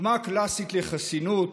דוגמה קלאסית לחסינות